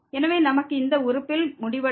எனவே நமக்கு இந்த உறுப்பில் முடிவடையும்